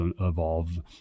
evolve